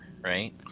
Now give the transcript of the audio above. right